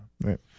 Right